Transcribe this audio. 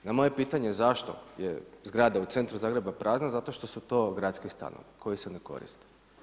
Na moje pitanje zašto je zgrada u centru Zagreba prazna, zato što su to gradski stanovi koji se ne koriste.